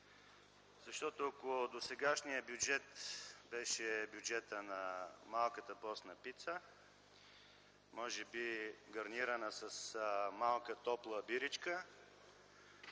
защото ако досегашният бюджет беше бюджетът на „малката постна пица”, може би гарнирана с „малка топла биричка”,